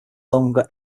longer